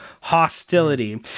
hostility